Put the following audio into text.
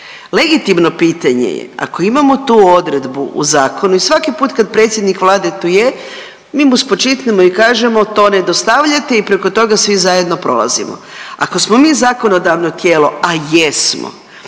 Legitimno pitanje je ako imamo tu odredbu u zakonu i svaki put kad predsjednik Vlade tu je, mi spočitnemo i kažemo to ne dostavljati i preko toga svi zajedno prolazimo. Ako smo mi zakonodavno tijelo, a jesmo